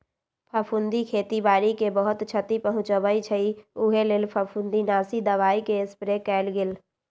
फफुन्दी खेती बाड़ी के बहुत छति पहुँचबइ छइ उहे लेल फफुंदीनाशी दबाइके स्प्रे कएल गेल